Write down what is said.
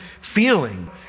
feeling